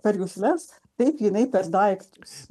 per jusles taip jinai per daiktus